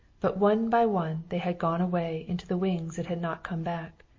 but one by one they had gone away into the wings and had not come back.